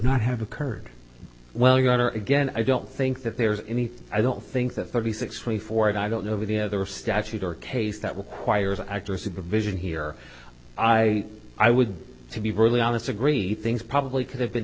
not have occurred well you got or again i don't think that there's anything i don't think that thirty six twenty four and i don't know over the other statute or case that requires actors supervision here i i would to be really honest agreed things probably could have been